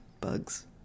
bugs